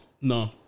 No